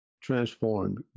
transformed